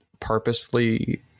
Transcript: purposefully